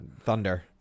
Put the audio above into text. Thunder